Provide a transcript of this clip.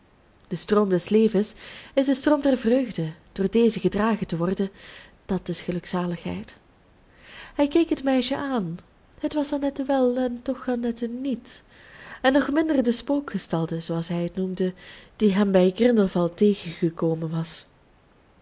de stroom des levens is de stroom der vreugde door dezen gedragen te worden dat is gelukzaligheid hij keek het meisje aan het was annette wel en toch annette niet en nog minder de spookgestalte zooals hij het noemde die hem bij grindelwald tegengekomen was